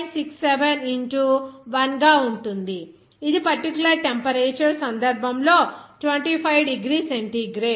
67 ఇంటూ 1 గా ఉంటుంది ఇది పర్టిక్యులర్ టెంపరేచర్ సందర్భంలో 25 డిగ్రీ సెంటీగ్రేడ్